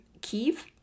Kiev